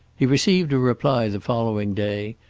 he received a reply the following day,